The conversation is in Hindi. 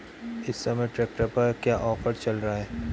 इस समय ट्रैक्टर पर क्या ऑफर चल रहा है?